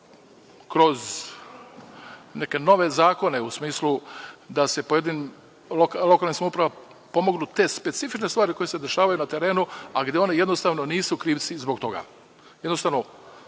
kroz neke nove zakone, u smislu da se pojedinim lokalnim samoupravama pomognu te specifične stvari koje se dešavaju na terenu, a gde oni jednostavno nisu krivci zbog toga? Jednostavno,